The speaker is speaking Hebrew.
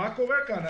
מה קורה כאן?